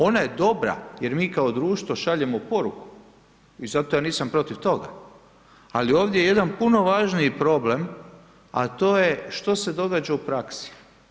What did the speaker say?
Ona je dobra, jer mi kao društvo šaljemo poruku i zato ja nisam protiv toga, ali ovdje je puno važniji problem a to je što se događa u praksi.